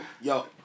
Yo